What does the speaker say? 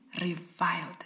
reviled